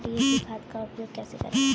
DAP खाद का उपयोग कैसे करें?